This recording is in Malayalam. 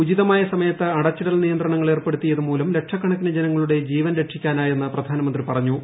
ഉചിതമായ സമയത്ത് അടച്ചിടൽ നിയന്ത്രണങ്ങൾ ഏർപ്പെടുത്തിയതുമൂലം ലക്ഷക്കണക്കിന് ജനങ്ങളുടെ ജീവൻ രക്ഷിക്കാനായെന്ന് പ്രധാനമന്ത്രി പറഞ്ഞു